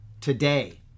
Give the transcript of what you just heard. today